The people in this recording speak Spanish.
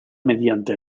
mediante